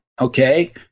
okay